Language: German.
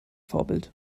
vorbild